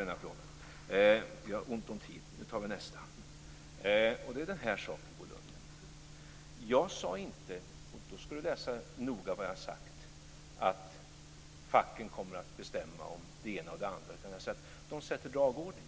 Jag sade inte - Bo Lundgren ska noga läsa vad jag har sagt - att facken kommer att bestämma om det ena och det andra, utan jag sade att de sätter dagordningen.